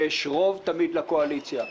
יש רוב תמיד לקואליציה.